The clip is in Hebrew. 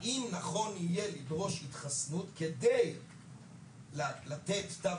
האם נכון יהיה לדרוש התחסנות כדי לתת תו